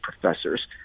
professors